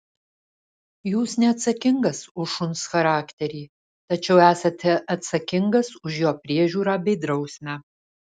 jūs neatsakingas už šuns charakterį tačiau esate atsakingas už jo priežiūrą bei drausmę